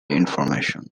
information